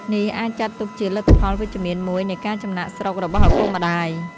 នេះអាចចាត់ទុកជាលទ្ធផលវិជ្ជមានមួយនៃការចំណាកស្រុករបស់ឪពុកម្តាយ។